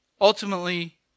ultimately